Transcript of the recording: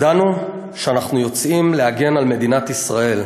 ידענו שאנחנו יוצאים להגן על מדינת ישראל,